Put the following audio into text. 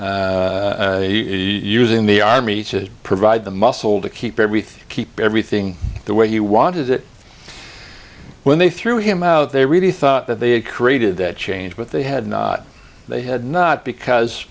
using the army says provide the muscle to keep everything keep everything the way you wanted it when they threw him out they really thought that they created that change but they had not they had not because